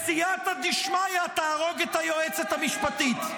בסייעתא דשמיא תהרוג את היועצת המשפטית".